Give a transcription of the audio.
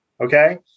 Okay